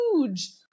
huge